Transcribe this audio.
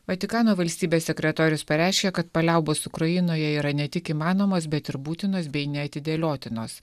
vatikano valstybės sekretorius pareiškė kad paliaubos ukrainoje yra ne tik įmanomos bet ir būtinos bei neatidėliotinos